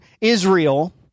Israel